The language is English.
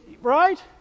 Right